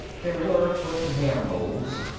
there were foot and hand-holds.